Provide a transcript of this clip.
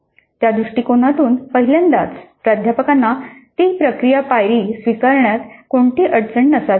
त्या दृष्टीकोनातून पाहिल्यास प्राध्यापकांना ती प्रक्रिया पायरी स्वीकारण्यात कोणतीही अडचण नसावी